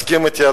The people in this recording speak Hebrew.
תסכים אתי,